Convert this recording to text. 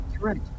right